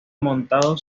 montado